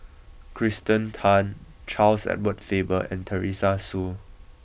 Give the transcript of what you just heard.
Kirsten Tan Charles Edward Faber and Teresa Hsu